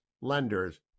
lenders